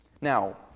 Now